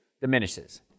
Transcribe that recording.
diminishes